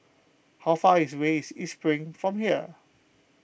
how far is way is East Spring from here